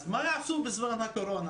אז מה יעשו בזמן הקורונה?